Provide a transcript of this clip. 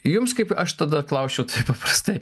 jums kaip aš tada klausčiau taip paprastai